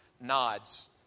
nods